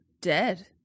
Dead